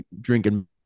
Drinking